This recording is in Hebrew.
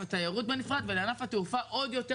התיירות בנפרד ולענף התעופה עוד יותר,